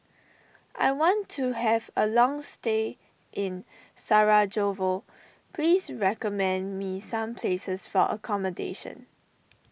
I want to have a long stay in Sarajevo please recommend me some places for accommodation